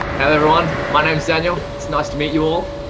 and everyone. my name is daniel. it's nice to meet you all.